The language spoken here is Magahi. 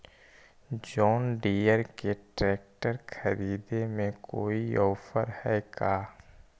जोन डियर के ट्रेकटर खरिदे में कोई औफर है का?